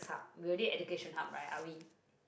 we already education hub right are we